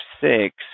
six